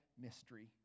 mystery